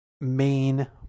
main